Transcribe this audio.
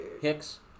Hicks